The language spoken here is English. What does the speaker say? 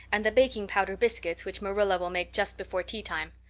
and the baking-powder biscuits which marilla will make just before teatime.